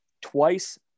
twice